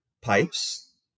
pipes